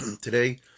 Today